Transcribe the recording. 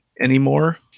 anymore